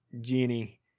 Genie